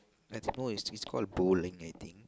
that's no it's called bowling I think